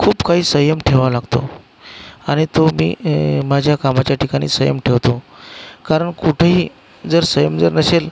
खूप काही संयम ठेवावा लागतो आणि तो मी माझ्या कामाच्या ठिकाणी संयम ठेवतो कारण कुठेही जर संयम जर नसेल